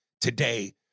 today